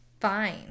fine